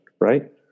right